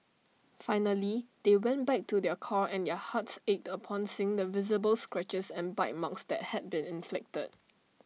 finally they went back to their car and their hearts ached upon seeing the visible scratches and bite marks had been inflicted